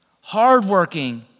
hardworking